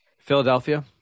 Philadelphia